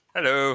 Hello